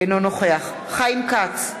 אינו נוכח חיים כץ,